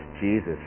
Jesus